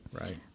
Right